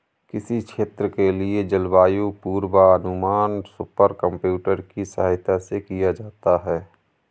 किसी क्षेत्र के लिए जलवायु पूर्वानुमान सुपर कंप्यूटर की सहायता से किया जाता है